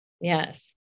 Yes